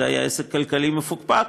זה היה עסק כלכלי מפוקפק,